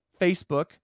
Facebook